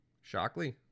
Shockley